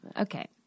Okay